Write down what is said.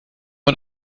man